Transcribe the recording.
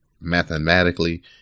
mathematically